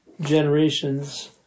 generations